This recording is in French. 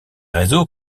réseaux